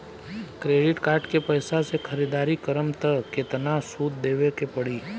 Credit card के पैसा से ख़रीदारी करम त केतना सूद देवे के पड़ी?